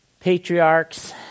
patriarchs